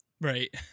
Right